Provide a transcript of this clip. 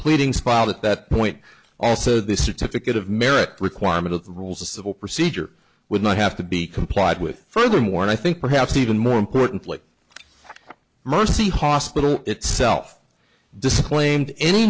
pleading spiled at that point also the certificate of merit requirement of the rules of civil procedure would not have to be complied with furthermore and i think perhaps even more importantly mercy hospital itself disclaimed any